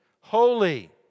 holy